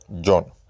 john